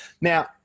Now